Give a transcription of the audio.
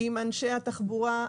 עם אנשי התחבורה,